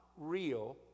real